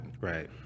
Right